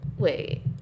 Wait